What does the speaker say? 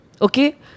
Okay